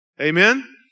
Amen